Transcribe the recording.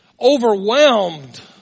overwhelmed